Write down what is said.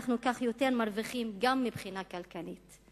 כך אנחנו מרוויחים יותר גם מבחינה כלכלית.